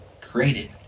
created